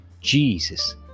Jesus